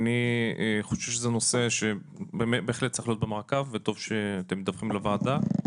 אני חושב שזה נושא שבהחלט צריך להיות במעקב וטוב שאתם מדווחים לוועדה.